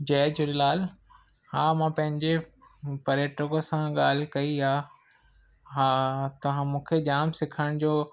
जय झूलेलाल हा मां पंहिंजे पर्यटक सां ॻाल्हि कई आहे हा त मूंखे जाम सिखण जो